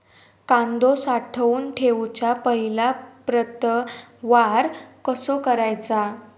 कांदो साठवून ठेवुच्या पहिला प्रतवार कसो करायचा?